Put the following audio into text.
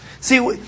See